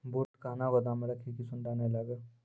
बूट कहना गोदाम मे रखिए की सुंडा नए लागे?